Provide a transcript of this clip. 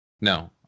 No